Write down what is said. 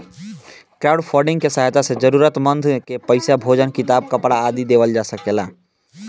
crowdfunding के सहायता से जरूरतमंद के पईसा, भोजन किताब, कपरा आदि देवल जा सकेला